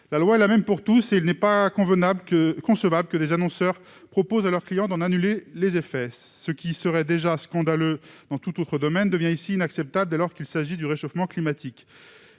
La loi est la même pour tous et il n'est pas concevable que des annonceurs proposent à leurs clients d'en annuler les effets. Ce qui serait scandaleux dans tout autre domaine devient inacceptable dès lors qu'il s'agit du réchauffement climatique.